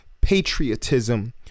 patriotism